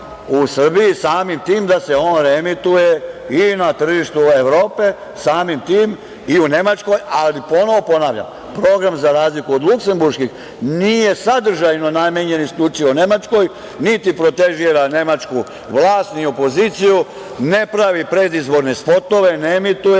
u Srbiji, samim tim da se on reemituje i na tržištu Evrope, samim tim i u Nemačkoj, ali ponovo ponavljam, program za razliku od luksemburških nije sadržajno namenjen isključivo Nemačkoj, niti protežira nemačku vlast ni opoziciju, ne pravi predizborne spotove, ne emituje,